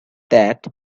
that